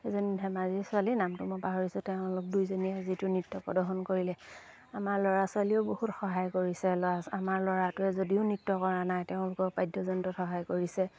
এজনী ধেমাজিৰ ছোৱালী নামটো মই পাহৰিছোঁ তেওঁ অলপ দুইজনীয়ে যিটো নৃত্য প্ৰদৰ্শন কৰিলে আমাৰ ল'ৰা ছোৱালীয়েও বহুত সহায় কৰিছে ল'ৰা আমাৰ ল'ৰাটোৱে যদিও নৃত্য কৰা নাই তেওঁলোকৰ বাদ্যযন্ত্ৰত সহায় কৰিছে